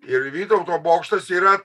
ir vytauto bokštas yra